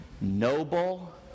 noble